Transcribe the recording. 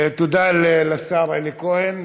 תודה לשר אלי כהן.